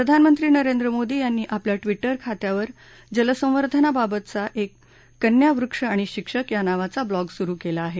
प्रधानमंत्री नरेंद्र मोदी यांनी आपल्या ट्विटर खात्यावर एक जलसंवर्धनबाबतचा कन्या वृक्ष आणि शिक्षक या नावाचा ब्लॉग सुरु केला आहे